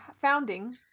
founding